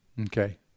Okay